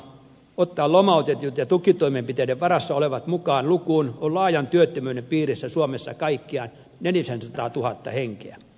ottamalla lomautetut ja tukitoimenpiteiden varassa olevat lukuun mukaan on laajan työttömyyden piirissä suomessa kaikkiaan nelisensataatuhatta henkeä